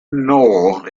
knoll